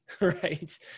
right